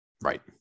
Right